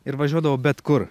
ir važiuodavau bet kur